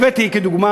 הבאתי כדוגמה,